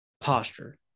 posture